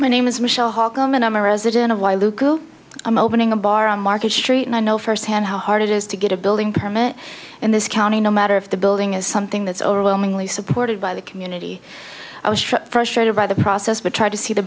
my name is michelle holcomb and i'm a resident of y luke i'm opening a bar on market street and i know firsthand how hard it is to get a building permit in this county no matter if the building is something that's overwhelmingly supported by the community i was frustrated by the process but try to see the